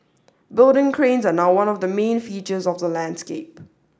building cranes are now one of the main features of the landscape